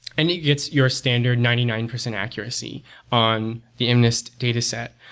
and yeah it's your standard ninety nine percent accuracy on the mnist dataset.